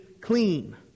clean